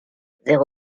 zéro